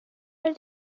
are